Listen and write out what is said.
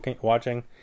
watching